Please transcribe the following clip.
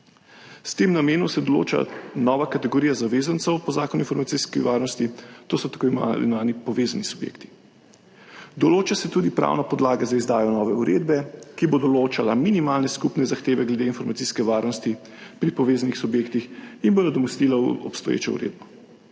S tem namenom se določa nova kategorija zavezancev po Zakonu o informacijski varnosti, to so tako imenovani povezani subjekti. Določa se tudi pravna podlaga za izdajo nove uredbe, ki bo določala minimalne skupne zahteve glede informacijske varnosti pri povezanih subjektih in bo nadomestila v obstoječo uredbo.